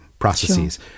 Processes